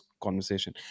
conversation